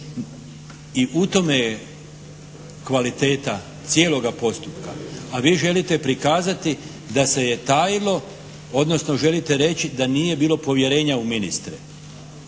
i u tome je kvaliteta cijeloga postupka, a vi želite prikazati da se je tajilo, odnosno želite reći da nije bilo povjerenja u ministre.